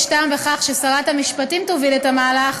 יש טעם בכך ששרת המשפטים תוביל את המהלך